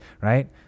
right